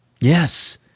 Yes